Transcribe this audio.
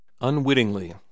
Unwittingly